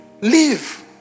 leave